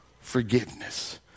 forgiveness